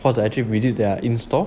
或者 actually within their in store